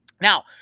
Now